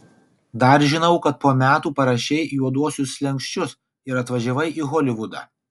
dar žinau kad po metų parašei juoduosius slenksčius ir atvažiavai į holivudą